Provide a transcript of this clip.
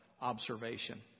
observation